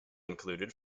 included